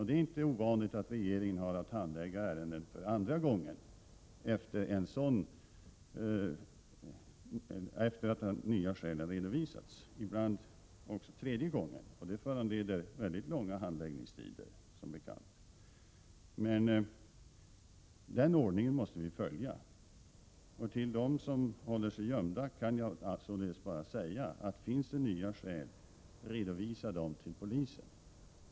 Det är inte ovanligt att regeringen har att handlägga ärenden för andra gången efter det att nya skäl har redovisats — ibland också för tredje gången. Det föranleder som bekant mycket långa handläggningstider, men den ordningen måste vi följa. Till dem som håller sig gömda kan jag således bara säga: Finns det nya skäl, redovisa då dem till polisen.